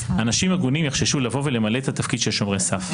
אנשים הגונים יחששו לבוא ולמלא את התפקיד של שומרי סף.